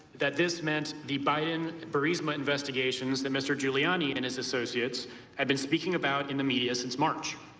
that this meant, the biden, burisma investigations that mr. giuliani and his associates had been speaking about in the media since march.